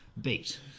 beat